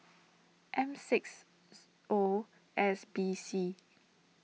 M six O S B C